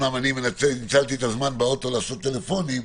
ואומנם ניצלתי את הזמן באוטו לעשות טלפונים,